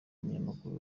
umunyamakuru